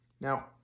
Now